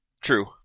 True